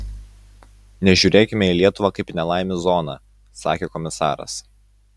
nežiūrėkime į lietuvą kaip į nelaimių zoną sakė komisaras